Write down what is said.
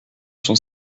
son